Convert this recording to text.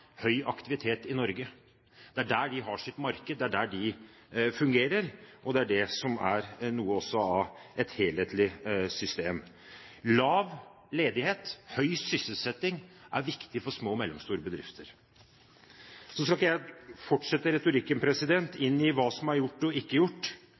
høy aktivitet i Norge. Det er der de har sitt marked, det er der de fungerer, og det er det som er noe av et helhetlig system. Lav ledighet – høy sysselsetting – er viktig for små og mellomstore bedrifter. Så skal ikke jeg fortsette retorikken